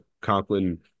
Conklin